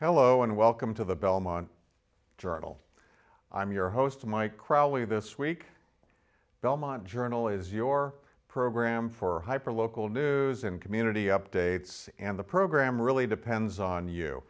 hello and welcome to the belmont journal i'm your host mike crowley this week belmont journal is your program for hyper local news and community updates and the program really depends on you